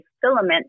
filament